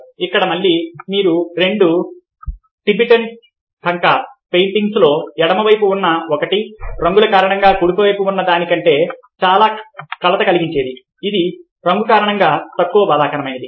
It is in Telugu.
ఇక్కడ మళ్లీ మీరు రెండు టిబెటన్ థంక పెయింటింగ్స్లో ఎడమవైపు ఉన్న ఒకటి రంగుల కారణంగా కుడి వైపున ఉన్నదాని కంటే చాలా కలత కలిగించేది ఇది రంగు కారణంగా తక్కువ బాధాకరమైనది